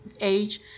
age